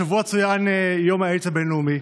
השבוע צוין יום האיידס הבין-לאומי.